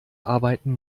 arbeiten